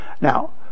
Now